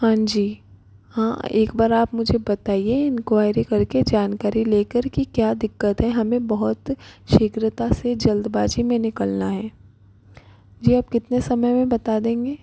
हाँ जी हाँ एक बार आप मुझे बताइए इंक्वायरी करके जानकारी लेकर की क्या दिक्कत है हमें बहुत शीघ्रता से जल्दबाजी में निकलना है जी आप कितने समय में बता देंगे